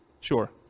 Sure